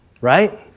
right